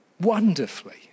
wonderfully